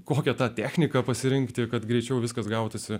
kokią tą techniką pasirinkti kad greičiau viskas gautųsi